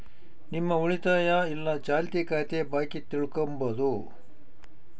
ನಿಮ್ಮ ಉಳಿತಾಯ ಇಲ್ಲ ಚಾಲ್ತಿ ಖಾತೆ ಬಾಕಿ ತಿಳ್ಕಂಬದು